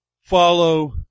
follow